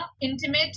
intimate